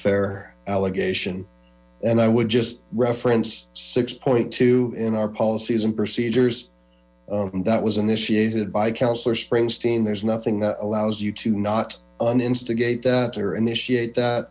fair allegation and i would just reference six point two in our policies and procedures that was initiated by councilor springsteen there's nothing that allows you to not un instigate that or initiate that